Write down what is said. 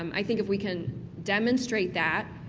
um i think if we can demonstrate that,